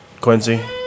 Quincy